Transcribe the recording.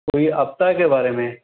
जी आपदाके बारे मे